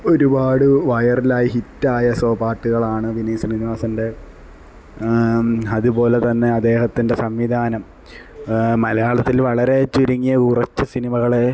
ഒരുപാട് വൈറലായ ഹിറ്റ് ആയ സോ പാട്ടുകളാണ് വിനീത് ശ്രീനിവാസന്റെ അതുപോലെ തന്നെ അദ്ദേഹത്തിന്റെ സംവിധാനം മലയാളത്തില് വളരെ ചുരുങ്ങിയ കുറച്ചു സിനിമകളെ